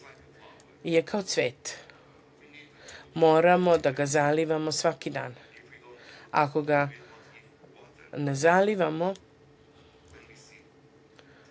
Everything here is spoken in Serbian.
je kao cvet. Moramo da ga zalivamo svaki dan. Ako ne zalivamo,